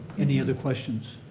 any other questions?